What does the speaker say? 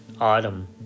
Autumn